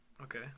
Okay